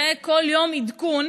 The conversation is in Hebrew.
וכל יום עדכון,